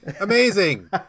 Amazing